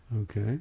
Okay